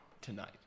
tonight